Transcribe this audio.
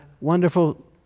wonderful